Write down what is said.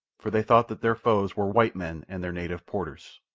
for they thought that their foes were white men and their native porters.